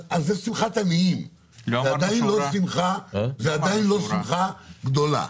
אז זה שמחת עניים, זה עדיין לא שמחה גדולה.